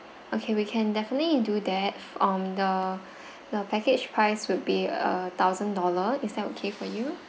okay we do okay we can definitely do that um the the package price would be a thousand dollar is that okay for you